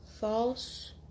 False